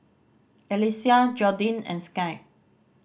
Alesia Jordin and Sky